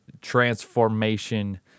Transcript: transformation